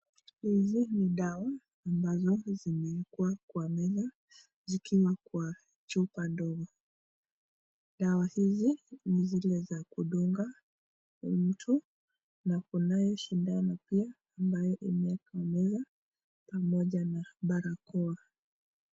Hizi ni dawa ambazo zimewekwa kwa meza zikiwa kwa chupa ndogo. Dawa hizi ni zile za kudunga mtu na kunayo shindano pia ambayo iliyo kwa meza pamoja na barakoa.